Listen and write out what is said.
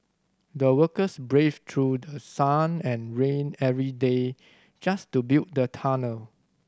the workers braved through the sun and rain every day just to build the tunnel